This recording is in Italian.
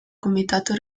comitato